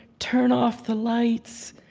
turn off the lights,